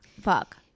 fuck